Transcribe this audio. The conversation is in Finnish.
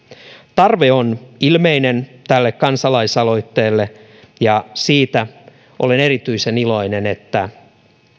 tarve on ilmeinen tälle kansalaisaloitteelle ja siitä olen erityisen iloinen että